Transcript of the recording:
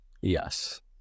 Yes